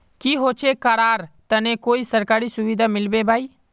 की होचे करार तने कोई सरकारी सुविधा मिलबे बाई?